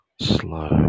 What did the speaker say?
slow